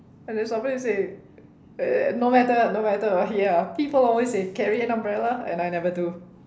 and then somebody says uh no matter no matter what ya people always say carry an umbrella and I never do